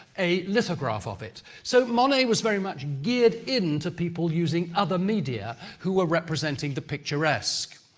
a lithograph of it. so, monet was very much geared in to people using other media who were representing the picturesque.